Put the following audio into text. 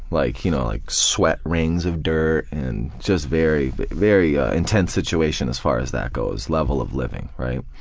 like you know like sweat rings of dirt, and just very very ah intense situation as far as that goes, level of living.